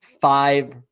five